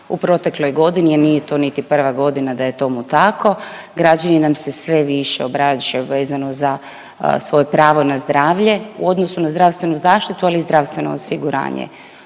u protekloj godini, a nije to niti prva godina da je tomu tako. Građani nam se sve više obraćaju vezano za svoje pravo na zdravlje u odnosu na zdravstvenu zaštitu, ali i zdravstveno osiguranje.